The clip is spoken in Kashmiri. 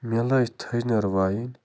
مےٚ لٲج تھٔج نٲر وایِنۍ